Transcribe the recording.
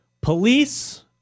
Police